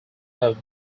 have